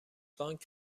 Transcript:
بانک